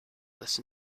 listen